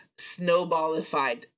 Snowballified